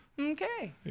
Okay